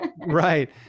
Right